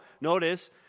notice